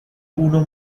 uno